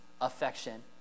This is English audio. Affection